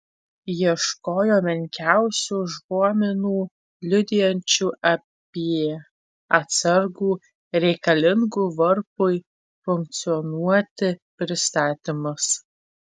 ieškojo menkiausių užuominų liudijančių apie atsargų reikalingų varpui funkcionuoti pristatymus